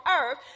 earth